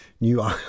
new